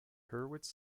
hurwitz